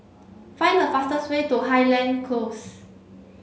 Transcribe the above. find the fastest way to Highland Close